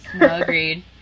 Agreed